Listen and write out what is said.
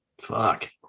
Fuck